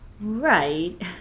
Right